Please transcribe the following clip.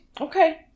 okay